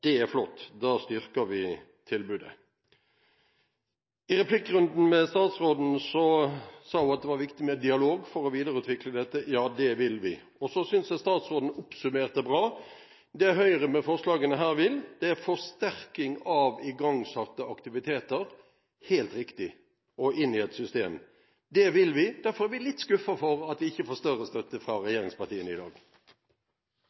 er flott. Da styrker vi tilbudet. I replikkrunden med statsråden sa hun at det var viktig med dialog for å videreutvikle dette. Ja, det vil vi ha. Så synes jeg statsråden oppsummerte bra. Hun sa at det Høyre med forslagene her vil ha, er forsterking av igangsatte aktiviteter. Helt riktig – og inn i et system. Det vil vi. Derfor er vi litt skuffet over at vi ikke får større støtte fra